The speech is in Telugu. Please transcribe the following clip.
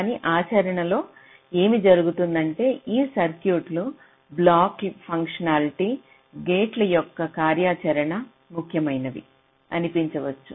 కానీ ఆచరణలో ఏమి జరుగుతుందంటే ఈ సర్క్యూట్లు బ్లాకుల ఫంక్షన్హాల్టీ గేట్లు యొక్క కార్యాచరణ ముఖ్యమైనవి అనిపించొచ్చు